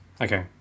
Okay